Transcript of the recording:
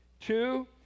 Two